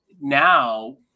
now